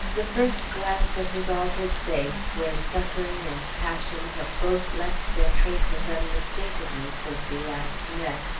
the first glance at his altered face where suffering and passion have both left their traces unmistakably since we last met,